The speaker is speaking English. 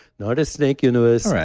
not a snake universe,